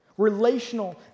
relational